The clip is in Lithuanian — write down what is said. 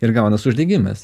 ir gaunas uždegimas